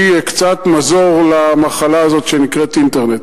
קצת מזור מהמחלה הזאת שנקראת אינטרנט.